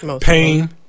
pain